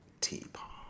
Teapot